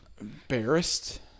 Embarrassed